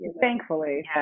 thankfully